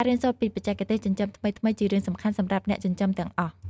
ការរៀនសូត្រពីបច្ចេកទេសចិញ្ចឹមថ្មីៗជារឿងសំខាន់សម្រាប់អ្នកចិញ្ចឹមទាំងអស់។